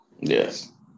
Yes